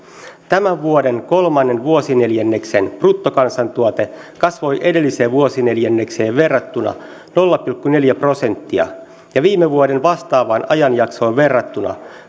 tämän vuoden kolmannen vuosineljänneksen bruttokansantuote kasvoi edelliseen vuosineljännekseen verrattuna nolla pilkku neljä prosenttia ja viime vuoden vastaavaan ajanjaksoon verrattuna